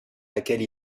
laquelle